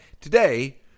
today